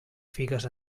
figues